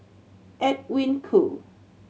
Edwin Koo